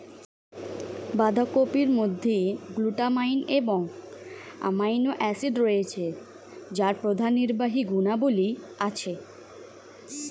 বাঁধাকপির মধ্যে গ্লুটামাইন এবং অ্যামাইনো অ্যাসিড রয়েছে যার প্রদাহনির্বাহী গুণাবলী আছে